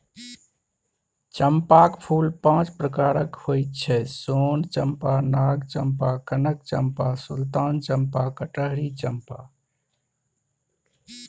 चंपाक फूल पांच प्रकारक होइ छै सोन चंपा, नाग चंपा, कनक चंपा, सुल्तान चंपा, कटहरी चंपा